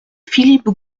philippe